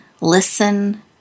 listen